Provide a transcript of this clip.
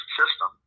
system